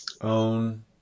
own